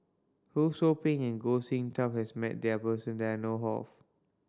Ho Sou Ping and Goh Sin Tub has met person that I know of